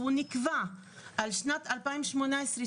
שהוא נקבע בשנת 2019-2018,